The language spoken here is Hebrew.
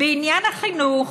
בעניין החינוך,